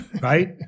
right